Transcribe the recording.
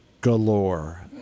galore